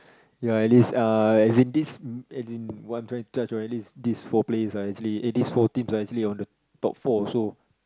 ya at least uh as in this as in what I'm trying to touch are at least these four players are actually eh these four teams are actually on the top four also